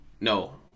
No